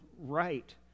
right